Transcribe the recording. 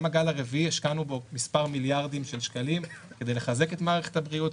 גם בגל הרביעי השקענו כמה מיליארדי שקלים כדי לחזק את מערכת הבריאות,